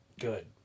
good